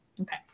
Okay